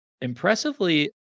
impressively